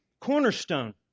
cornerstone